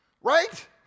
Right